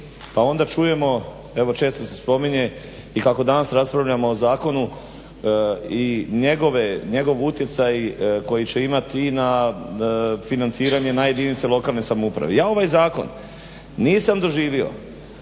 Pa onda čujemo, evo često se spominje i kako danas raspravljamo o zakonu i njegov utjecaj koji će imati i na financiranje na jedinice lokalne samouprave. Ja ovaj zakon nisam doživio